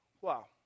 Wow